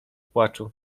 płaczu